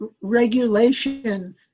regulation